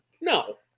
No